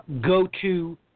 go-to